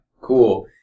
Cool